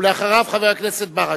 ואחריו, חבר הכנסת מוחמד ברכה.